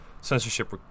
censorship